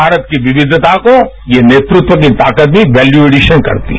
भारत की विविधता को ये नेतृत्व की ताकत भी वेल्यूडशिन करती है